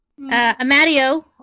Amadio